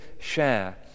share